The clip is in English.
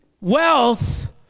Wealth